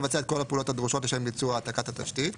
לבצע את כל הפעולות הדרושות לשם ביצוע העתקת התשתית.